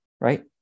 right